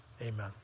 Amen